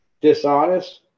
dishonest